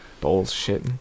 Bullshit